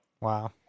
wow